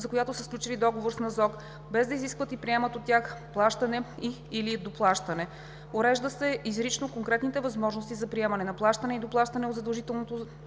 за която са сключили договор с НЗОК, без да изискват и приемат от тях плащане и/или доплащане. Уреждат се изрично конкретните възможности за приемане на плащане и доплащане от задължително